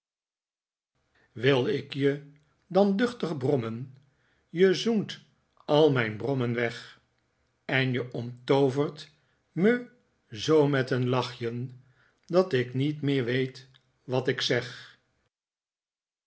wil ik je dan duchtig brommen je zoent al mijn brommen weg en je omtoovert me zoo met een lachjen dat ik niet meer weet wat ik zeg